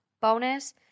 Bonus